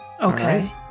Okay